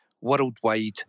worldwide